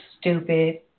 stupid